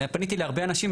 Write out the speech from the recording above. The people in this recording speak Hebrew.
פניתי להרבה אנשים,